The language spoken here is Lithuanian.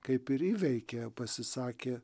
kaip ir įveikia pasisakė